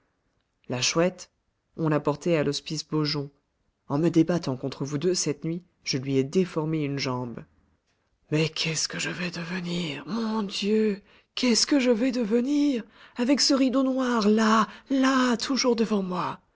la chouette on l'a portée à l'hospice beaujon en me débattant contre vous deux cette nuit je lui ai déformé une jambe mais qu'est-ce que je vais devenir mon dieu qu'est-ce que je vais devenir avec ce rideau noir là là toujours devant moi